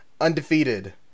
Undefeated